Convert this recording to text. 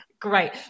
Great